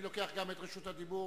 גם אני לוקח את רשות הדיבור.